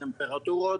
המשמעויות.